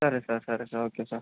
సరే సార్ సరే sir okay sir